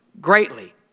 greatly